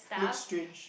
looks strange